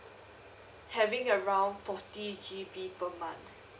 having around forty G_B per month